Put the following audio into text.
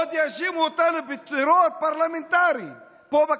עוד יאשימו אותנו בטרור פרלמנטרי פה בכנסת.